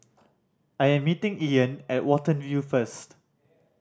I am meeting Ian at Watten View first